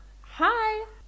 hi